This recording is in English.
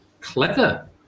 clever